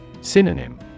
Synonym